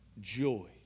joy